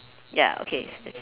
ya okay